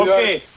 Okay